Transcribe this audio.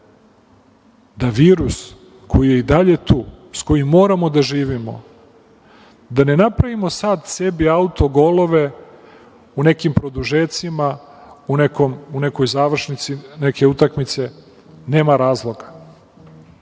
da virus koji je i dalje tu, sa kojim moramo da živimo, da ne napravimo sada sebi auto-golove u nekim produžecima, u završnici utakmice, nema razloga. Ne